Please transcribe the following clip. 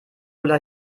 ulla